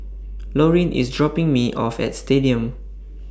Lorin IS dropping Me off At Stadium